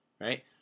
right